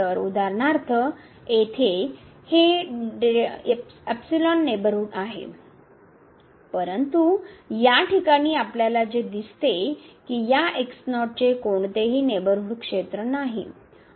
तर उदाहरणार्थ येथे हे नेबरहूड आहे परंतु या ठिकाणी आपल्याला जे दिसते की या x0 चे कोणतेही नेबरहूड क्षेत्र नाही